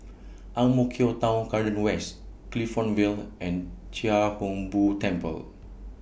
Ang Mo Kio Town Garden West Clifton Vale and Chia Hung Boo Temple